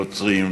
נוצרים,